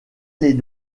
les